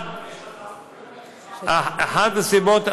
אחת הסיבות,